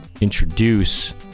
introduce